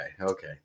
Okay